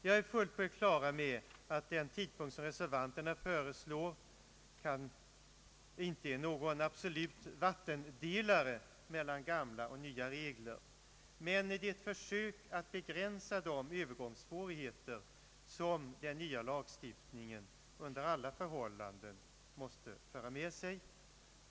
Jag är fullt på det klara med att den tidpunkt som reservanterna föreslår inte är någon absolut vattendelare mellan gamla och nya regler, men den föreslagna gränsen är ett försök att begränsa de övergångssvårigheter som den nya lagstiftningen under alla förhållanden måste föra med sig.